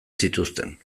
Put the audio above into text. zituzten